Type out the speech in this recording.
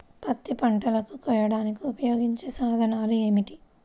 పత్తి పంటలను కోయడానికి ఉపయోగించే సాధనాలు ఏమిటీ?